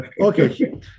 Okay